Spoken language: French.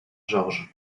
georges